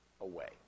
away